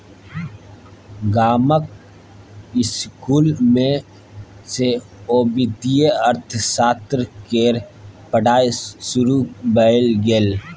गामक इसकुल मे सेहो वित्तीय अर्थशास्त्र केर पढ़ाई शुरू भए गेल